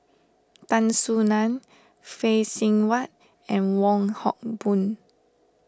Tan Soo Nan Phay Seng Whatt and Wong Hock Boon